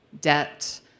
debt